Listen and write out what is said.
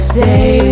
Stay